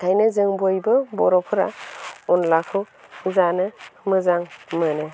ओंखायनो जों बयबो बर'फोरा अनलाखौ जानो मोजां मोनो